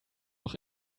noch